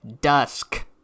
Dusk